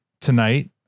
tonight